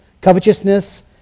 covetousness